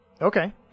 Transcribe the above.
okay